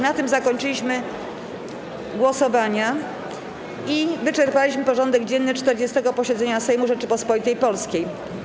Na tym zakończyliśmy głosowania i wyczerpaliśmy porządek dzienny 40. posiedzenia Sejmu Rzeczypospolitej Polskiej.